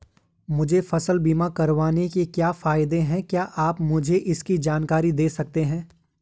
मुझे फसल बीमा करवाने के क्या फायदे हैं क्या आप मुझे इसकी जानकारी दें सकते हैं?